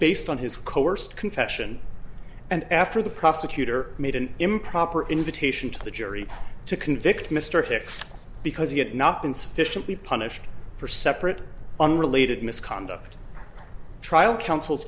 based on his coerced confession and after the prosecutor made an improper invitation to the jury to convict mr hicks because he had not been sufficiently punished for separate unrelated misconduct trial counsel's